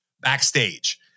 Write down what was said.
backstage